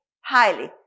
highly